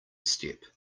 step